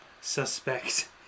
suspect